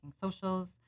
socials